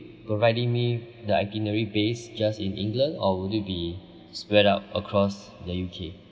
providing me the itinerary base just in england or would it be spread out across the U_K